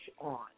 on